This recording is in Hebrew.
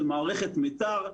של מערכת מית"ר,